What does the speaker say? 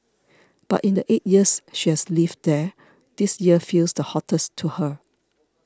but in the eight years she has lived there this year feels the hottest to her